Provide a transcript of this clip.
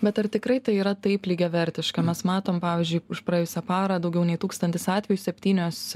bet ar tikrai tai yra taip lygiavertiška mes matom pavyzdžiui už praėjusią parą daugiau nei tūkstantis atvejų septynios